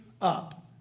up